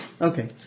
Okay